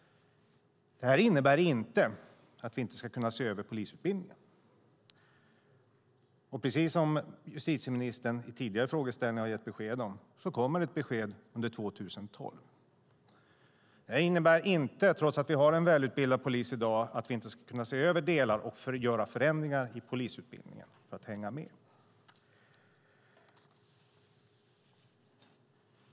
Detta innebär inte att vi inte ska kunna se över polisutbildningen. Precis som justitieministern tidigare meddelat kommer ett besked under 2012. Det innebär inte, trots att vi har en välutbildad polis i dag, att vi inte skulle kunna se över vissa delar och göra förändringar i polisutbildningen för att hänga med.